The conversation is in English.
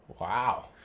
wow